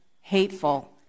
hateful